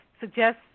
suggest